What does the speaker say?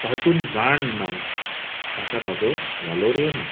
तातूंत जाण ना ताका ताचो वालोरय ना